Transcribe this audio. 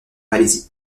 malaisie